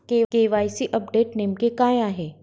KYC update नेमके काय आहे?